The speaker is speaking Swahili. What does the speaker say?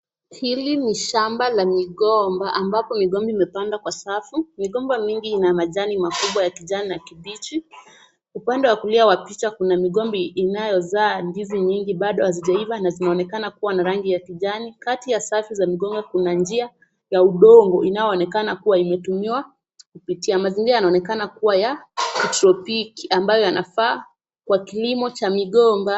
Hili ni shamba la migomba ambapo migomba imepandwa kwa safu. Migomba mingi ina majani makubwa ya kijani kibichi, upande wa kulia wa picha kuna migomba inayozaa ndizi nyingi bado hazijaiva na zinaonekana kuwa na rangi ya kijani. Kati ya safu za migomba kuna njia ya udongo inayoonekana kuwa inatumiwa kupitia. Mazingira yanaonekana kuwa ya kitropiki ambayo yanafaa kwa kilimo cha migomba.